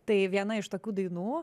tai viena iš tokių dainų